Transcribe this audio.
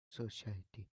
society